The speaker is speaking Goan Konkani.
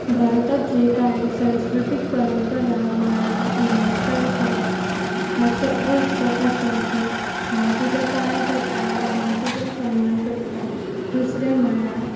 भारतांतली कांय संस्कृतीक परंपरा म्हळ्यार नमस्कार करप हाचो अर्थ असो की हांव तुज्या पांयां पडटां वा हांव तुजो सम्मान करतां दुसरें म्हळ्यार